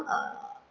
uh